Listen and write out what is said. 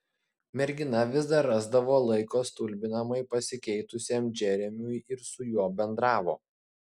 mergina vis dar rasdavo laiko stulbinamai pasikeitusiam džeremiui ir su juo bendravo